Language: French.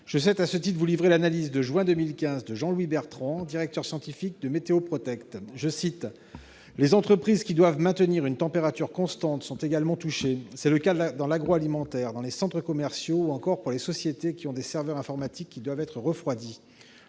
Permettez-moi de vous livrer l'analyse en juin 2015 de M. Jean-Louis Bertrand, directeur scientifique de Meteo Protect :« Les entreprises qui doivent maintenir une température constante sont également touchées. C'est le cas dans l'agroalimentaire, dans les centres commerciaux, ou encore pour les sociétés qui ont des serveurs informatiques qui doivent être refroidis.